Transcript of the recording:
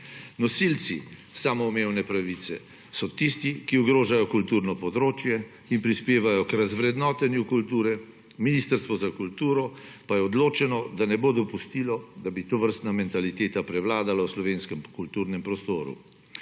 Nosilci samoumevne pravice so tisti, ki ogrožajo kulturno področje in prispevajo k razvrednotenju kulture, Ministrstvo za kulturo pa je odločeno, da ne bo dopustilo, da bi tovrstna mentaliteta prevladala v slovenskem kulturnem prostoru,